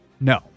No